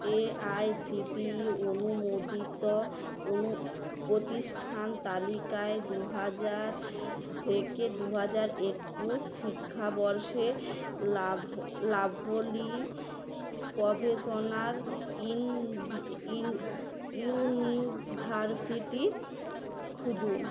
AICTE অনুমোদিত অনু প্রতিষ্ঠান তালিকায় দুহাজার থেকে দুহাজার একুশ শিক্ষাবর্ষে লাভ লাভলী প্রোফেসনাল ইং ইউনিভার্সিটি খুঁজুন